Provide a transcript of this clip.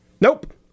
Nope